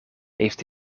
heeft